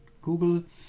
Google